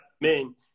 men